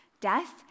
death